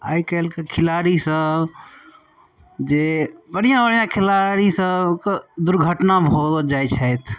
आइकाल्हिके खेलाड़ी सब जे बढ़िआँ बढ़िआँ खेलाड़ी सबके दुर्घटना भऽ जाइ छथि